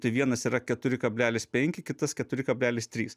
tai vienas yra keturi kablelis penki kitas keturi kablelis trys